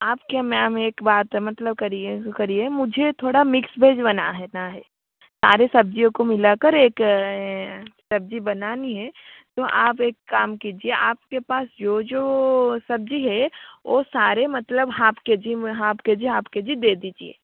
आपके यहाँ मैम एक बात है मतलब करिए करिए मुझे थोड़ा मिक्स वेज बना है ना है सारे सब्जियों को मिलाकर एक सब्जी बनानी है तो आप एक काम कीजिए आपके पास जो जो सब्जी है वो सारे मतलब हाफ केजी में हाफ केजी हाफ केजी दे दीजिए